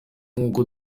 nk’uko